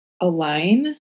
align